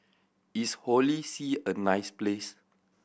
is Holy See a nice place